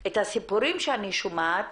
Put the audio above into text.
את הסיפורים שאני שומעת